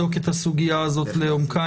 הסוגיה הזאת לעומקה,